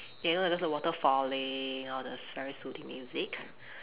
you know those water falling all the s~ very soothing music